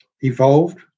evolved